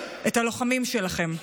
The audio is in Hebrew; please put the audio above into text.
את הלוחמים שלכם.